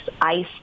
ice